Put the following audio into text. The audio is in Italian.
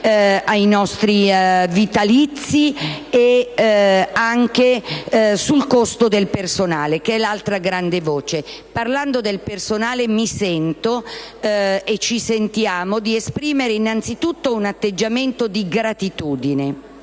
i nostri vitalizi e il costo del personale, che è l'altra grande voce. Parlando dei dipendenti, mi sento - ci sentiamo - di esprimere innanzitutto un atteggiamento di gratitudine